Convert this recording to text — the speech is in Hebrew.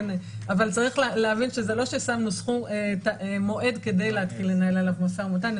אבל צריך להבין שזה לא ששמנו מועד כדי להתחיל לנהל עליו משא ומתן.